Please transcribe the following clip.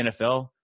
NFL